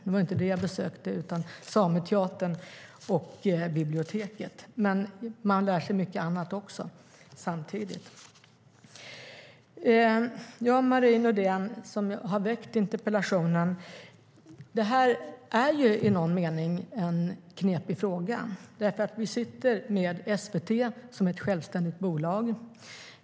Det var inte därför jag var där utan för att besöka Sameteatern och biblioteket, men jag lärde mig mycket annat också. Till Marie Nordén som har ställt interpellationen: Det är i någon mening en knepig fråga, för SVT är ett självständigt bolag.